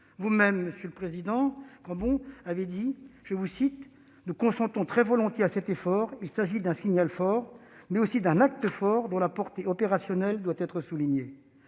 Vous-même, monsieur le président de la commission, avez déclaré :« Nous consentons très volontiers à cet effort », car il s'agit « d'un signal fort, mais aussi d'un acte fort, dont la portée opérationnelle doit être soulignée ».